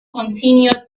continued